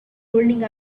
holding